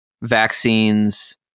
vaccines